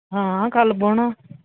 हां कल्ल बौह्ना